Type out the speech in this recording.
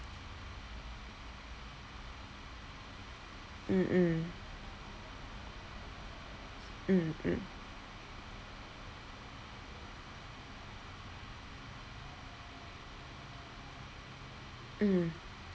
mm mm mm mm